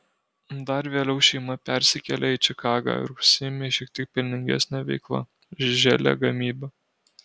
dar vėliau šeima persikėlė į čikagą ir užsiėmė šiek tiek pelningesne veikla želė gamyba